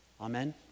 Amen